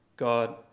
God